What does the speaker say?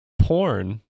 porn